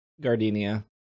Gardenia